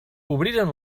obriren